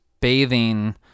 bathing